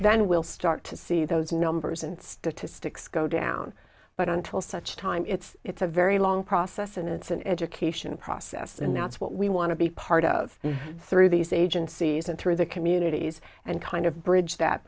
then we'll start to see those numbers and statistics go down but until such time it's it's a very a long process and it's an education process and that's what we want to be part of through these agencies and through the communities and kind of bridge that